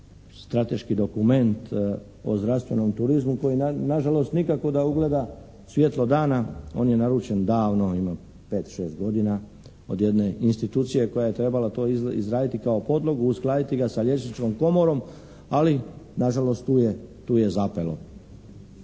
strateški dokument o zdravstvenom turizmu koji nažalost nikako da ugleda svjetlo dana. On je naručen davno, ima 5, 6 godina od jedne institucije koja je trebala to izraditi kao podlogu, uskladiti ga sa liječničkom komorom, ali nažalost tu je, tu je zapelo.